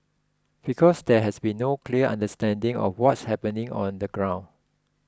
because there has been no clear understanding of what's happening on the ground